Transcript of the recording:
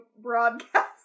broadcast